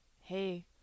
hey